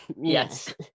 Yes